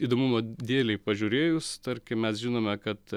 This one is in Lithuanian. įdomumo dėlei pažiūrėjus tarkim mes žinome kad